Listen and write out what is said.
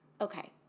Okay